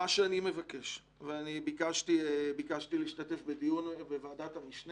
קודם כל אני רציתי לדייק את דבריי שנאמרו בפתיחה.